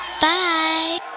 Bye